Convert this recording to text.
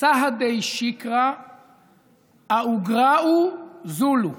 "סהדי שקרי אאוגרייהו זילי".